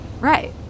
right